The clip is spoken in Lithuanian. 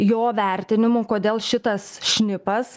jo vertinimu kodėl šitas šnipas